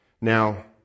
Now